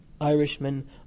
Irishmen